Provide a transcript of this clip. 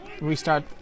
restart